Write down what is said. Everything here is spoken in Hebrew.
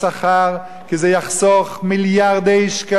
כי זה יחסוך מיליארדי שקלים על אנשים